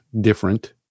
different